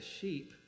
sheep